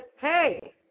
hey